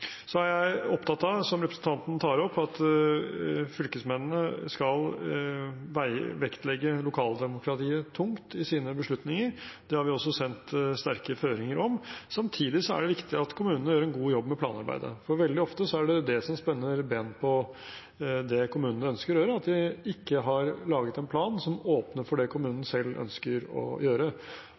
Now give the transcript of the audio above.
er opptatt av, som representanten tar opp, at fylkesmennene skal vektlegge lokaldemokratiet tungt i sine beslutninger. Det har vi også sendt sterke føringer om. Samtidig er det viktig at kommunene gjør en god jobb med planarbeidet. For veldig ofte er det det som spenner ben under det kommunene ønsker å gjøre: at de ikke har laget en plan som åpner for det kommunen selv ønsker å gjøre.